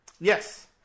Yes